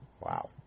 Wow